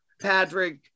Patrick